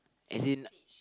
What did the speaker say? as in